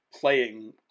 playing